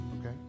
Okay